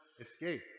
escape